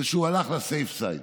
זה שהוא הלך ל-safe side.